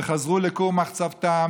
והם חזרו לכור מחצבתם,